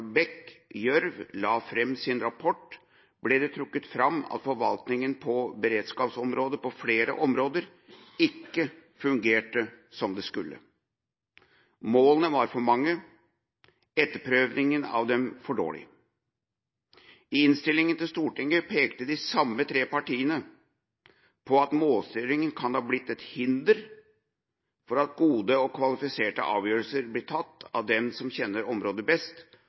Gjørv la fram sin rapport, ble det trukket fram at forvaltninga på beredskapsområdet på flere områder ikke fungerte som den skulle. Målene var for mange, etterprøvinga av dem for dårlig. I Innst. 210 S for 2012–2013 pekte Arbeiderpartiet, SV og Senterpartiet på at målstyringa kan ha blitt «et hinder for at gode og kvalifiserte avgjørelser blir tatt av dem som kjenner området best